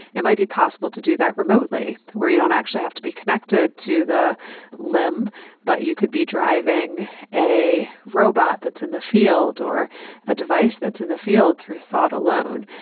it might be possible to do that remotely where you don't actually have to be connected to the limb but you could be driving a robot that's in the field or a device that's in the field through thought alone.